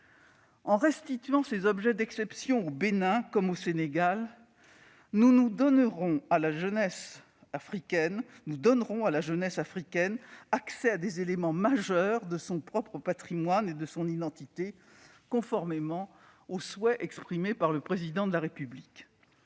En restituant ces objets d'exception au Bénin comme au Sénégal, nous donnerons à la jeunesse africaine accès à des éléments majeurs de son propre patrimoine et de son identité, conformément au souhait exprimé par le Président de la République.